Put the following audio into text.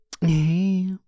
Hey